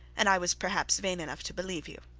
and i was perhaps vain enough to believe you